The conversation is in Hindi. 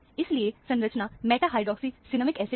इसीलिए संरचना मेटा हाइड्रोक्सी सिनेमिक एसिड है